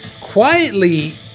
quietly